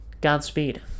Godspeed